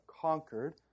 conquered